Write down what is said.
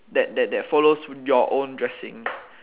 that that that follows your own dressing